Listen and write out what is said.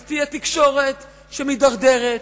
אז תהיה תקשורת שמידרדרת,